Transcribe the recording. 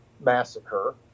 massacre